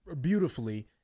beautifully